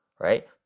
right